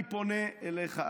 אני פונה אליך,